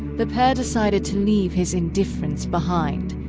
the pair decided to leave his indifference behind,